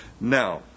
Now